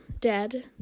dead